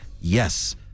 yes